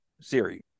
Siri